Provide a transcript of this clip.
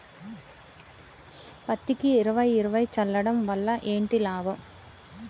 పత్తికి ఇరవై ఇరవై చల్లడం వల్ల ఏంటి లాభం?